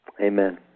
amen